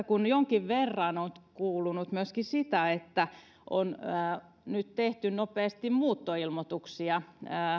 kun jonkin verran on kuulunut myöskin sitä että on nyt tehty nopeasti muuttoilmoituksia